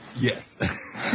Yes